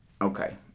Okay